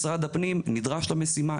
משרד הפנים נדרש למשימה,